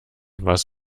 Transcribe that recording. was